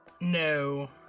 No